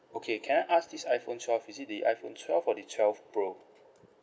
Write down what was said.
okay can I ask this iPhone twelve is it the iPhone twelve or the twelve pro